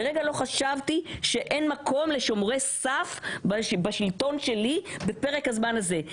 לרגע לא חשבתי שאין מקום לשומרי סף בשלטון שלי בפרק הזמן הזה.